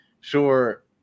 sure